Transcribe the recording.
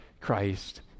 Christ